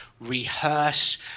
rehearse